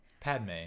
Padme